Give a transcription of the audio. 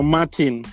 Martin